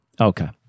Okay